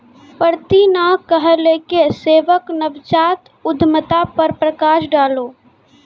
प्रीति न कहलकै केशव नवजात उद्यमिता पर प्रकाश डालौ